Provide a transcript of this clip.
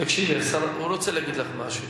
תקשיבי לשר, הוא רוצה להגיד לך משהו.